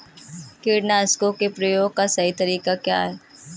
कीटनाशकों के प्रयोग का सही तरीका क्या है?